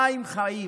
מים חיים.